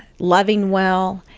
loving well,